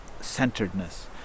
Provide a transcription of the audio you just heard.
centeredness